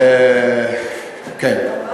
כמו בסוריה או איראן.